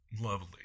lovely